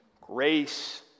grace